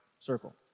circle